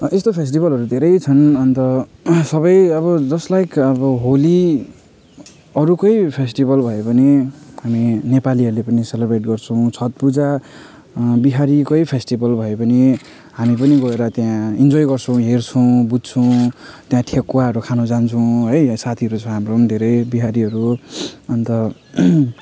अँ यस्तो फेस्टिबलहरू धेरै छन् अन्त सबै अब जस्ट लाइक अब होली अरूकै फेस्टिबल भए तापनि हामी नेपालीहरूले पनि सेलिब्रेट गर्छौँ छठपूजा बिहारीकै फेस्टिबल भए पनि हामी पनि गएर त्यहाँ इन्जोय गर्छौँ हेर्छौँ बुझ्छौँ त्यहाँ ठेकुवाहरू खानु जान्छौँ है साथीहरू छ हाम्रो पनि धेरै बिहारीहरू अन्त